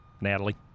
Natalie